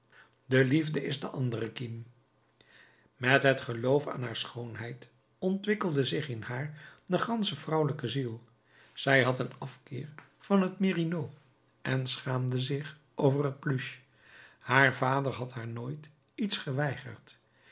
de liefde is de andere kiem met het geloof aan haar schoonheid ontwikkelde zich in haar de gansche vrouwelijke ziel zij had een afkeer van het merinos en schaamde zich over het pluche haar vader had haar nooit iets geweigerd